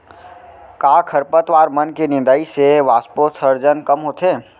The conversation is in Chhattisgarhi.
का खरपतवार मन के निंदाई से वाष्पोत्सर्जन कम होथे?